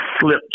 slip